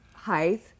Height